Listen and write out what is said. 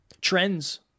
Trends